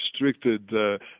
restricted